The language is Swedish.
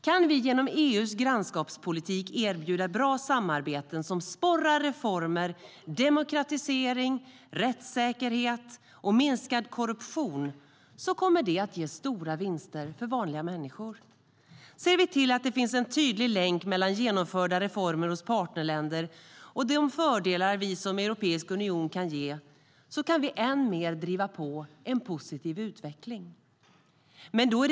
Om vi genom EU:s grannskapspolitik kan erbjuda bra samarbeten som sporrar reformer, demokratisering, rättssäkerhet och minskad korruption kommer det att ge stora vinster för vanliga människor. Om vi ser till att det finns en tydlig länk mellan genomförda reformer hos partnerländer och de fördelar vi som europeisk union kan ge kan vi driva på en positiv utveckling ännu mer.